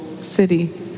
city